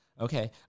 Okay